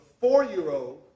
four-year-old